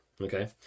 okay